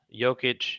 Jokic